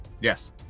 Yes